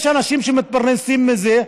יש אנשים שמתפרנסים מזה,